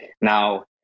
now